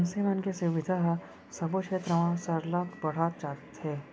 मनसे मन के सुबिधा ह सबो छेत्र म सरलग बढ़त जात हे